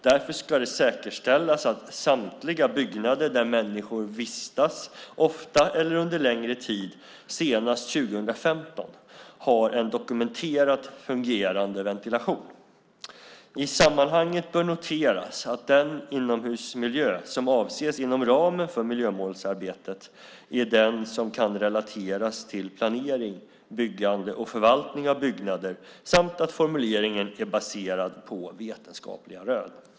Därför ska det säkerställas att samtliga byggnader där människor vistas ofta eller under längre tid senast 2015 har en dokumenterat fungerande ventilation. I sammanhanget bör noteras att den inomhusmiljö som avses inom ramen för miljömålsarbetet är den som kan relateras till planering, byggande och förvaltning av byggnader samt att formuleringen är baserad på vetenskapliga rön.